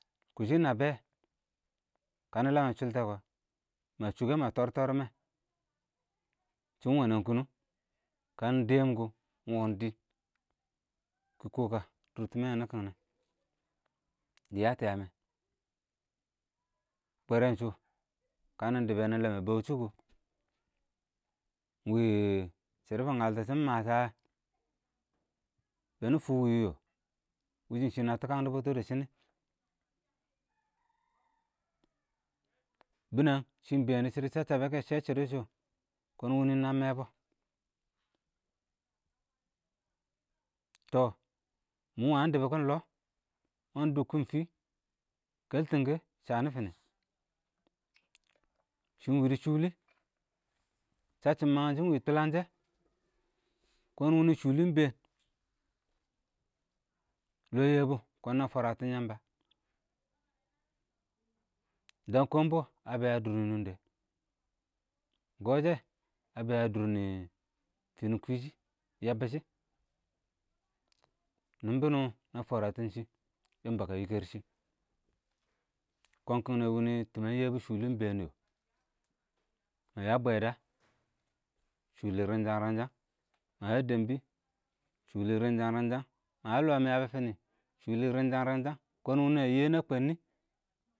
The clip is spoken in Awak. kʊshɪ nə bɛ, kə nələmmɪn shʊltɛ kɔ, mə shʊkɛ mə tɔr tɔrɔm mɛ, chɪn wənɛn kʊnʊn kə dɛɛm kʊ, wɔɔn dɪɪn kɪ kɔɔ kə dʊrtɪmɛ wɪɪ nɪ kɪngnɛ, dɪ yə tɔ yəəm yɛ, bwɛrɛn shʊ, kə nɪ dɪbɛ nɪ ləəm bəuchɪ kɔ, ɪng wɪɪ shɪdɔ bɪ ngəltɔ shɪn məshə wɛ, bɛɛ nɪ fwɪ wɪ yɔɔ, wɪshɪ nə tɪkən dɔ bʊtʊ dɪ shɪnɪ, bɪnɛng shɪ ɪng bɛɛn dɪ shɪdɔ shəsshəbɛ sɛ shɪdɔ shʊ, kɔɔn wɪnɪ nə mɛbɔ, tɔɔ mɪ wən nɪ dɪ bɪkɪn lɔɔ, mɪ wɪɪn dʊkkɪn fɪ, kɛltɪnkɛ, shənɪ fɪnɪ shʊ ɪng wɪdɪ shʊlɪ, səcchɪm məngyənshɪ ɪng wɪɪ tʊləngshɪn, kɔɔn wɪnɪ shʊlɪ ɪng bɛɛn lɔɔ yɛbʊ, kɔɔn nə fwərətɪn yəmbə, dən kɔmbɔ ə bɛɛ ə dʊrnɪ nʊngdɛ, gɔjɛ ə bɛ ə dʊrnɪ, shɪnɪn kwɪɪshɪ, yəmbɪshɪ, nɪn bɪnɪ nə fwrətɪn shɪ nɛ, yəmbə kɪdɪ ə yɪkɛr shɪ, kɔɔn kɪng nɛ wɪnɪ tɪmɛn yɛbʊ shʊlɪ ɪng bɛɛn yɔɔ nə yə bwɛdə, shʊlɪ ɪng rəjə-rənja, mə yəə dɛmbɪ shʊlɪ rənjə-rənjə, mə yə lɔɔ mɪyəbɔ fɪnɪ ɪng shʊlɨ rənjə-rənjə, kɔɔn wɪnɪ nə yɪɪ nə kɔɔ nɪ.